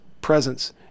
presence